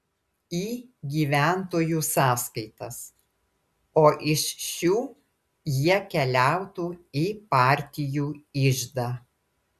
į gyventojų sąskaitas o iš šių jie keliautų į partijų iždą